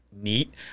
neat